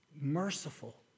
merciful